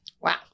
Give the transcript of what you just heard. Wow